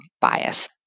bias